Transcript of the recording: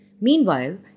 Meanwhile